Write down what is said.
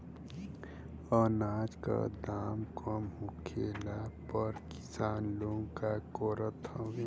अनाज क दाम कम होखले पर किसान लोग का करत हवे?